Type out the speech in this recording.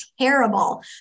terrible